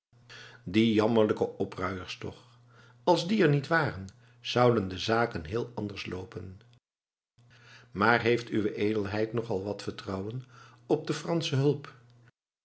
die jammerlijke opruiers toch als die er niet waren zouden de zaken heel anders loopen maar heeft uwe edelheid nog al wat vertrouwen op de fransche hulp